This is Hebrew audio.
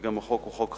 וגם החוק הוא חוק חשוב,